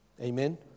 Amen